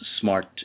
smart